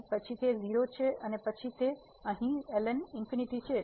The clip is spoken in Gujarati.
તેથી તે 0 છે અને પછી અહીં ln ∞ છે